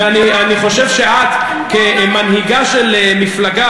אני חושב שאת, כמנהיגה של מפלגה